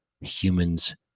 humans